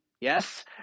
Yes